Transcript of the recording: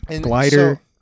glider